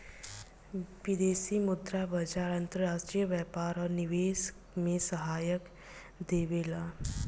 विदेशी मुद्रा बाजार अंतर्राष्ट्रीय व्यापार आ निवेश में सहायता देबेला